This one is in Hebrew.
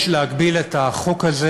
יש להגביל את החוק הזה